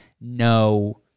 no